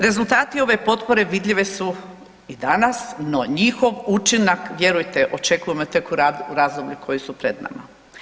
Rezultati ove potpore vidljive i danas no njihov učinak vjerujte očekujemo tek u razdoblju koji su pred nama.